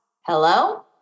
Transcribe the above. Hello